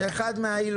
זו אחת מהעילות.